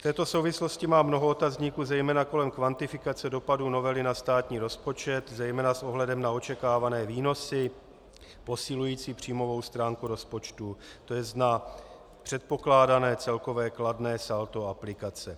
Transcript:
V této souvislosti mám mnoho otazníků zejména kolem kvantifikace dopadu novely na státní rozpočet, zejména s ohledem na očekávané výnosy posilující příjmovou stránku rozpočtu, to jest na předpokládané celkové kladné saldo aplikace.